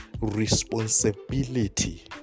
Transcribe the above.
responsibility